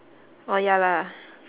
oh ya lah